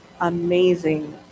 amazing